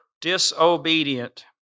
disobedient